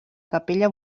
capella